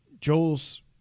Joel's